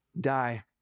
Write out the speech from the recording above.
die